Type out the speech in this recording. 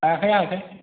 हायाखै हायाखै